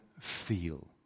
feel